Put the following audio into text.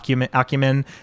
acumen